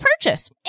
purchase